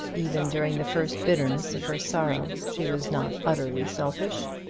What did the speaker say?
even during the first bitterness of her sorrow she was not utterly selfish.